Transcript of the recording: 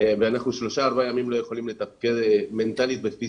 ואנחנו שלושה-ארבעה ימים לא יכולים לתפקד מנטלית ופיזית.